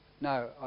No